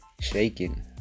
shaking